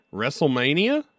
WrestleMania